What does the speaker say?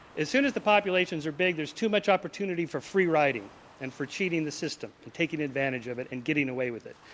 assoon as the population are big, there's too much opportunity for free riding and for cheating the system and taking advantage of it and getting away with it.